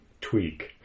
tweak